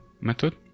method